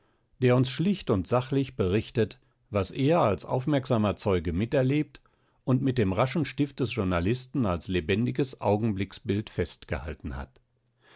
der uns schlicht und sachlich berichtet was er als aufmerksamer zeuge miterlebt und mit dem raschen stift des journalisten als lebendiges augenblicksbild festgehalten hat